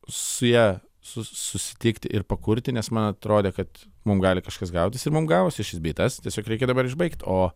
su ja susitikt ir pakurti nes man atrodė kad mum gali kažkas gautis ir mum gavosi šis bei tas tiesiog reikia dabar išbaigt o